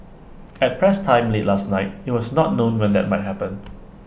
at press time late last night IT was not known when that might happen